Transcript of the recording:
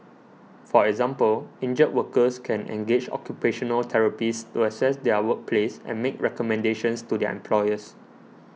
for example injured workers can engage occupational therapists to assess their workplace and make recommendations to their employers